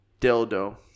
dildo